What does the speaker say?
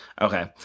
Okay